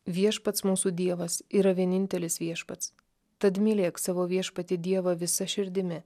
viešpats mūsų dievas yra vienintelis viešpats tad mylėk savo viešpatį dievą visa širdimi